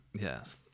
yes